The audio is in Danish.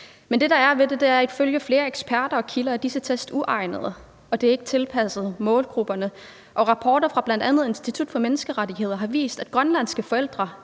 med. Det, der er ved det, er, at ifølge flere eksperter og kilder er disse test uegnede og ikke tilpasset målgrupperne, og rapporter fra bl.a. Institut for Menneskerettigheder har vist, at grønlandske forældre